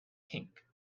pink